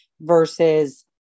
versus